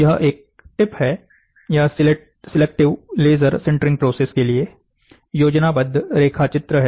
यह एक टिप है यह सेलेक्टिव लेज़र सिंटरिंग प्रोसेस के लिए योजनाबद्ध रेखा चित्र है